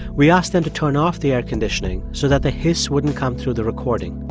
we asked them to turn off the air conditioning so that the hiss wouldn't come through the recording.